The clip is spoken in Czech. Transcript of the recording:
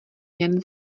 jen